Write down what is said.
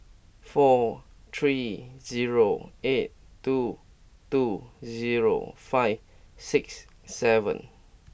four three zero eight two two zero five six seven